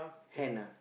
hand ah